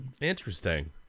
interesting